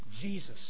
Jesus